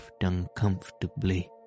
uncomfortably